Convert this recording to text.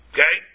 Okay